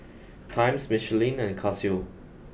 Times Michelin and Casio